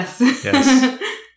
Yes